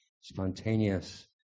spontaneous